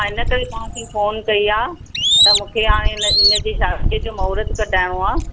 मां इन करे तव्हां खे फ़ोन कई आहे त मूंखे हाणे हिन जी शादीअ जो मुहूर्तु कढाइणो आहे